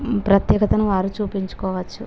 ప్రత్యేకతను వారు చూపించుకోవచ్చు